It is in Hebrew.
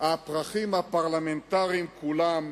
הפרחים הפרלמנטריים כולם,